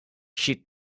she